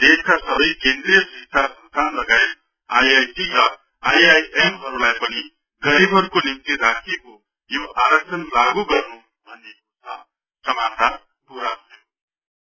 देशका सबै केन्द्रिय शिक्षा संस्थान लगायत आईआईटी र आईआईएम हरूलाई पनि गरीबहरूको निम्ति राखिएको यो आरक्षण लागु गर्नु भनिएको छ